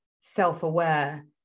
self-aware